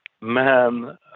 man